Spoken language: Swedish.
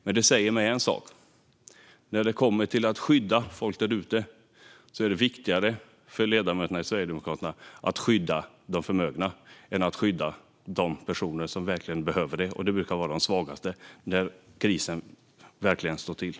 Men det säger mig en sak: När det gäller att skydda folk där ute är det viktigare för ledamöterna i Sverigedemokraterna att skydda de förmögna än att skydda de personer som verkligen behöver det när krisen slår till, vilket brukar vara de svagaste.